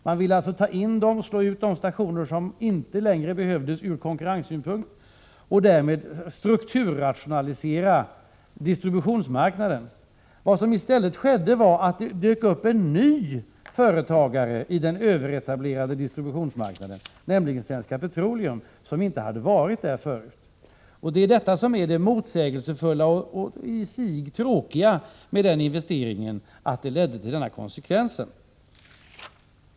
Man ville alltså ta in och slå ut de stationer som inte längre behövdes ur konkurrenssynpunkt och därmed strukturrationalisera distributionsmarknaden. Vad som i stället skedde var att det dök upp en ny företagare på den överetablerade distributionsmarknaden, nämligen Svenska Petroleum, som inte hade varit där förut. Det motsägelsefulla och i sig tråkiga med den investeringen är att den ledde till denna konsekvens.